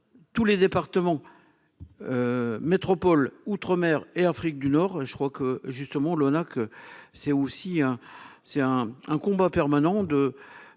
Tous les départements. Métropole, Outre-mer et Afrique du Nord. Je crois que justement l'ONAC. C'est aussi hein. C'est un combat permanent de